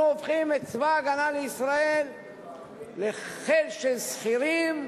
אנחנו הופכים את צבא-הגנה לישראל לחיל של שכירים,